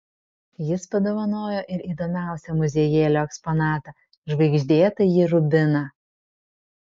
jis padovanojo ir įdomiausią muziejėlio eksponatą žvaigždėtąjį rubiną